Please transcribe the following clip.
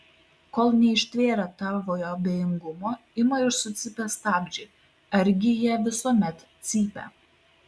kol neištvėrę tavojo abejingumo ima ir sucypia stabdžiai argi jie visuomet cypia